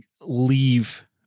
leave